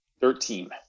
Thirteen